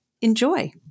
enjoy